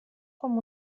com